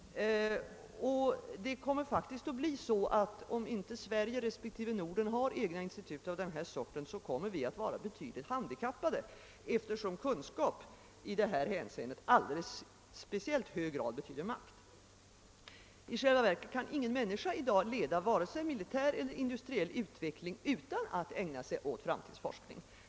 Om inte Sverige respektive Norden har egna institut av denna sort kommer vi att bli betydligt handikappade, eftersom kunskap i detta hänseende i alldeles speciellt hög grad betyder makt. I själva verket kan ingen människa i dag leda vare sig militär eller industriell utveckling utan att ägna sig åt framtidsforskning.